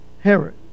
Herod